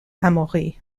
amaury